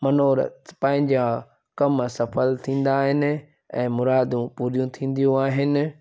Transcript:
मनोरथ पंहिंजा कम सफल थींदा आहिनि ऐं मुरादूं पूरी थींदियूं आहिनि